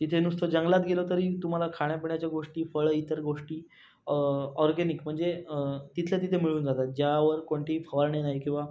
तिथे नुसतं जंगलात गेलो तरी तुम्हाला खाण्यापिण्याच्या गोष्टी फळं इतर गोष्टी ऑर्गेनिक म्हणजे तिथल्या तिथे मिळून जातात ज्यावर कोणीतीही फवारणी नाही किंवा